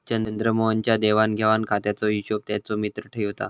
चंद्रमोहन च्या देवाण घेवाण खात्याचो हिशोब त्याचो मित्र ठेवता